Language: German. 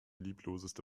liebloseste